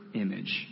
image